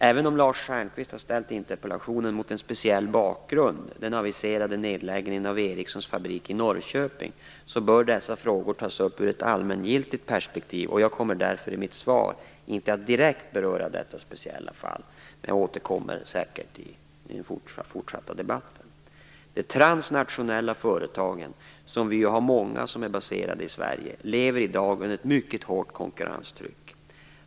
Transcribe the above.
Även om Lars Stjernkvist har ställt interpellationen mot en speciell bakgrund - den aviserade nedläggningen av Ericssons fabrik i Norrköping - bör dessa frågor tas upp ur ett allmängiltigt perspektiv, och jag kommer därför i mitt svar inte att direkt beröra detta speciella fall. Men jag återkommer säkert till det i den fortsatta debatten. De transnationella företagen, som vi ju har många som är baserade i Sverige, lever i dag under ett mycket hårt konkurrenstryck.